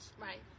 right